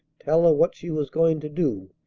tell her what she was going to do,